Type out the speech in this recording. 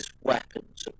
weapons